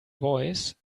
voice